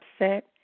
upset